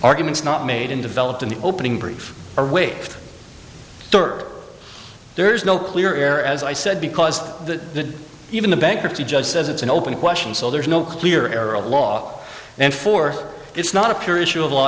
argument is not made and developed in the opening brief or wait there is no clear air as i said because the even the bankruptcy judge says it's an open question so there's no clear error of law and for it's not a pure issue of law